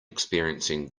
experiencing